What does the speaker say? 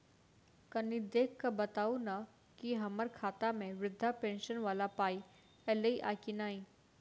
कनि देख कऽ बताऊ न की हम्मर खाता मे वृद्धा पेंशन वला पाई ऐलई आ की नहि?